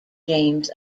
james